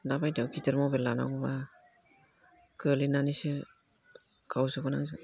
दाबायदियाव गिदोर मबाइल लानांगौब्ला गोग्लैनानैसो गावजोबगोन आंजों